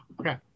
Okay